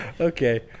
Okay